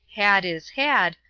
had is had,